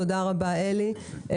תודה רבה אלי.